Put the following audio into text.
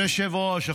אדוני היושב-ראש,